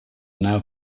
now